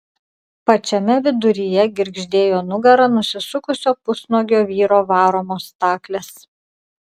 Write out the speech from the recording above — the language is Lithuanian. pačiame viduryje girgždėjo nugara nusisukusio pusnuogio vyro varomos staklės